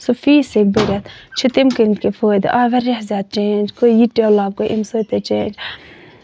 سُہ فیٖس ہٮ۪کہِ بٔرِتھ چھِ تَمہِ کِنۍ تہِ فٲیدٕ واریاہ زیادٕ چینج گٔے یہِ ڈیٚولَپ گٔے اَمہِ سۭتۍ تہِ چینج